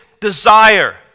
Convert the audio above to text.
desire